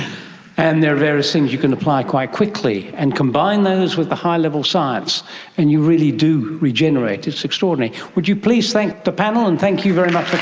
and there are various things you can apply quite quickly and combine those with the high level science and you really do regenerate. it's extraordinary. would you please thank the panel, and thank you very much